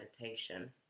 meditation